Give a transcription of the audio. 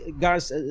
guys